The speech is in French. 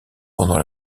pendant